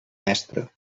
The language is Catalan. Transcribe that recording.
mestre